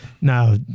now